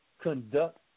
conduct